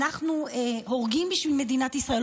אנחנו הורגים בשביל מדינת ישראל,